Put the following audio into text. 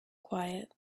quiet